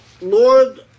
Lord